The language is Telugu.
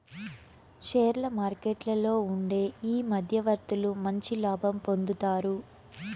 షేర్ల మార్కెట్లలో ఉండే ఈ మధ్యవర్తులు మంచి లాభం పొందుతారు